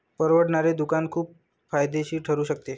परवडणारे दुकान खूप फायदेशीर ठरू शकते